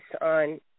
on